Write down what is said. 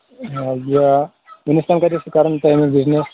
یہِ حظ یہِ وُنیُک کتہِ ٲسوٕ کران تُہۍ وۄنۍ بِزنِس